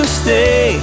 stay